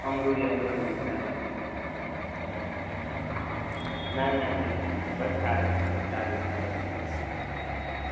અમરોલી અમરોલી વિસ્તારમાં જ ના ના ના બસ ચાર રસ્તા પર ચાર રસ્તા પર